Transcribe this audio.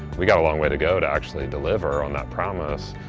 we got a long way to go to actually deliver on that promise.